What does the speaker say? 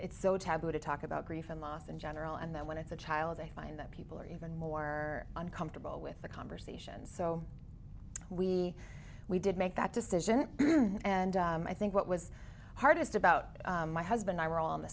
it's so taboo to talk about grief and loss in general and then when it's a child i find that people are even more uncomfortable with the conversation so we we did make that decision and i think what was hardest about my husband i were on the